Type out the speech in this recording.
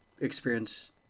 experience